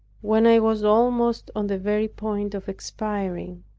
when i was almost on the very point of expiring!